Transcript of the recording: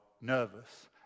nervous